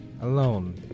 alone